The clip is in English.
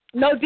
no